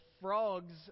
frogs